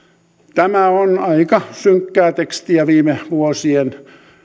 tämä on aika synkkää tekstiä viime vuosien